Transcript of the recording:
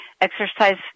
exercise